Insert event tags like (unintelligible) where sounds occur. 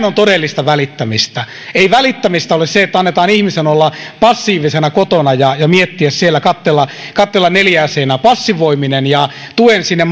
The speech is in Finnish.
(unintelligible) on todellista välittämistä ei välittämistä ole se että annetaan ihmisen olla passiivisena kotona ja ja miettiä siellä katsella katsella neljää seinää passivoiminen ja tuen sinne (unintelligible)